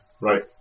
right